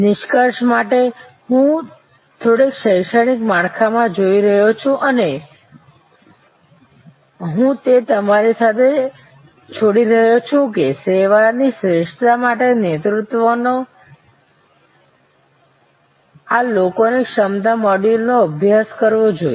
નિષ્કર્ષ માટે હું થોડીક શૈક્ષણિક માળખા માં જઈ રહ્યો છું અને હું તે તમારી સાથે છોડી રહ્યો છું કે સેવાની શ્રેષ્ઠતા માટે નેતૃત્વએ આ લોકોની ક્ષમતા મોડ્યુલ નો અભ્યાસ કરવો જોઈએ